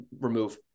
remove